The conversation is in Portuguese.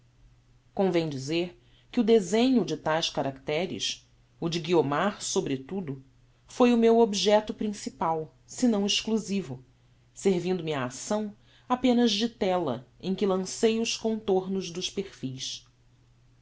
convem dizer que o desenho de taes caracteres o de guiomar sobretudo foi o meu objecto principal senão exclusivo servindo me a acção apenas de tela em que lancei os contornos dos perfis